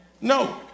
no